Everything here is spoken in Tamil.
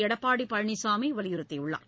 எடப்பாடி பழனிசாமி வலியுறுத்தியுள்ளார்